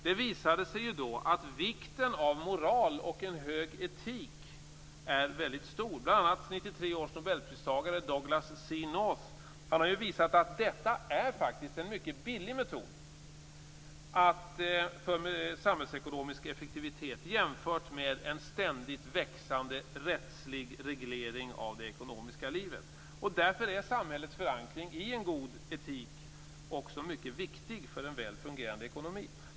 Det visade sig ju då att vikten av en hög moral och etik är väldigt stor. Bl.a. har 1993 års nobelpristagare Douglass C North visat att detta faktiskt är en mycket billig metod för samhällsekonomisk effektivitet jämfört med en ständigt växande rättslig reglering av det ekonomiska livet. Därför är samhällets förankring i en god etik också mycket viktig för en väl fungerande ekonomi.